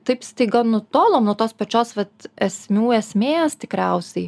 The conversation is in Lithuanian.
taip staiga nutolom nuo tos pačios vat esmių esmės tikriausiai